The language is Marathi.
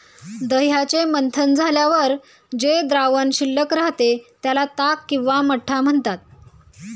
दह्याचे मंथन झाल्यावर जे द्रावण शिल्लक राहते, त्याला ताक किंवा मठ्ठा म्हणतात